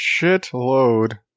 shitload